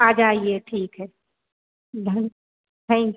आ जाइए ठीक है धन थैन